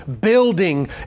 building